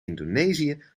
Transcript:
indonesië